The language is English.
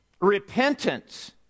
repentance